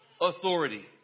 authority